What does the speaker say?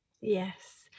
Yes